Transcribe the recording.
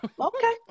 okay